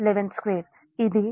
345 p